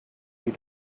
you